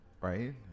right